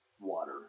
water